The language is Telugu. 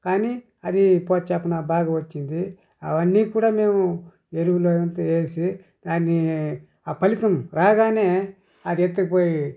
కాని అది బాగ వచ్చింది అవన్నీ కూడా మేము ఎరువులు అదంతా వేసి దాన్నీ ఆ పలితం రాగానే అది ఎత్తుకుపోయి